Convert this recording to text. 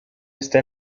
está